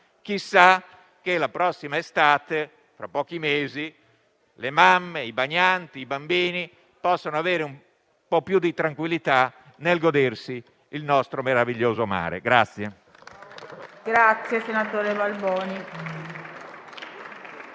Chissà che la prossima estate, fra pochi mesi, le mamme, i bagnanti e i bambini possano avere un po' più di tranquillità nel godersi il nostro meraviglioso mare.